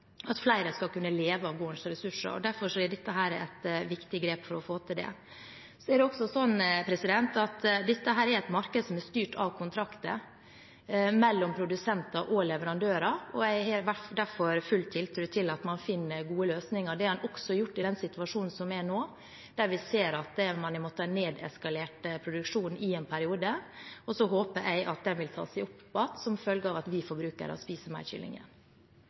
skal kunne leve av gårdens ressurser, og derfor er dette et viktig grep for å få til det. Dette er et marked som er styrt av kontrakter mellom produsenter og leverandører, og jeg har derfor full tiltro til at man finner gode løsninger. Det har en også gjort i den situasjonen som er nå, der vi ser at man har måttet nedskalere produksjonen i en periode, og så håper jeg at den vil ta seg opp igjen som følge av at vi forbrukere spiser mer